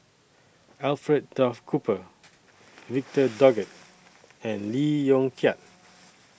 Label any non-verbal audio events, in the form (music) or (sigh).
Alfred Duff Cooper Victor (noise) Doggett and Lee Yong Kiat